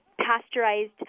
pasteurized